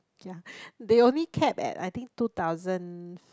yea they only capped at I think two thousand